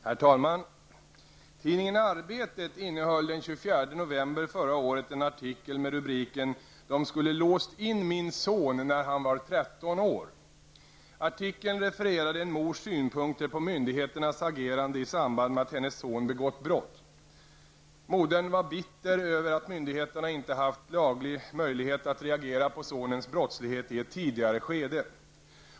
Herr talman! Tidningen Arbetet innehöll den 24 november förra året en artikel med rubriken Dom skulle låst in min son när han var 13 år. Artikeln refererade en mors synpunkter på myndigheternas agerande i samband med att hennes son begått brott. Modern var bitter över att myndigheterna inte haft laglig möjlighet att reagera på sonens brottslighet i ett tidigare skede.